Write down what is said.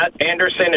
Anderson